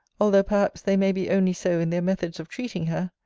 although perhaps they may be only so in their methods of treating her,